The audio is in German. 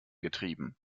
getrieben